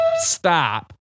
Stop